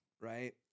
Right